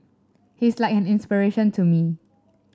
he's like an inspiration to me